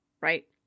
right